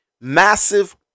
massive